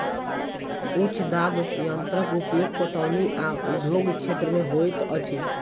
उच्च दाब यंत्रक उपयोग पटौनी आ उद्योग क्षेत्र में होइत अछि